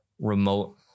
remote